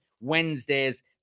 Wednesdays